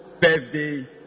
birthday